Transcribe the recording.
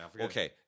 Okay